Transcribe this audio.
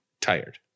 tired